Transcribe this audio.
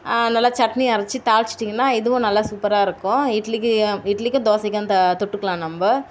நல்லா சட்னி அரச்சி தாளிச்சிடிங்கன்னா இதுவும் நல்லா சூப்பராக இருக்கும் இட்லிக்கு இட்லிக்கும் தோசைக்கும் அந்த தொட்டுக்கலாம் நம்ம